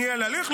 ניהל הליך?